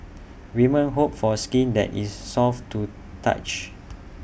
women hope for skin that is soft to touch